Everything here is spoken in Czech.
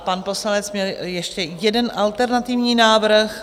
Pan poslanec měl ještě jeden alternativní návrh.